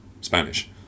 Spanish